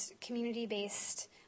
community-based